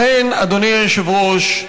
לכן, אדוני היושב-ראש,